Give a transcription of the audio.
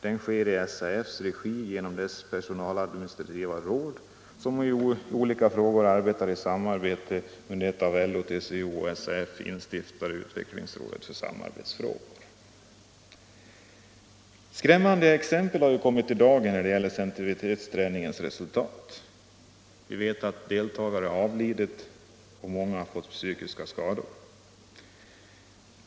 Den sker i SAF:s regi genom dess personaladministrativa råd, som i olika frågor har ett samarbete med det av LO, TCO och SAF instiftade Utvecklingsrådet för samarbetsfrågor. Skrämmande exempel har kommit i dagen av sensitivitetsträningens resultat. Deltagare vid träningen har avlidit och många har fått psykiska skador.